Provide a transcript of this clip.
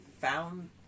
Found